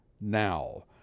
now